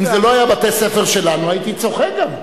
אם אלה לא היו בתי-ספר שלנו, הייתי צוחק גם.